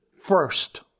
first